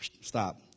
Stop